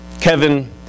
Kevin